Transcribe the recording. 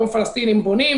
היום פלסטינים בונים,